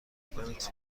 کنید